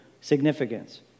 significance